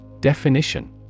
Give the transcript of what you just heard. Definition